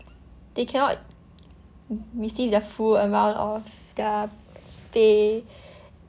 they cannot w~ we see the full amount of the pay